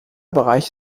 bereich